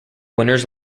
winners